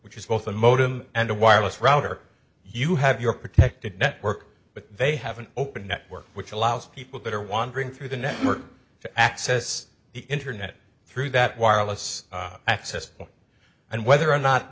which is both a modem and a wireless router you have your protected network but they have an open network which allows people that are wandering through the network to access the internet through that wireless access point and whether or not